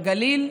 בגליל,